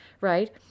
right